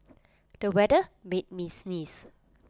the weather made me sneeze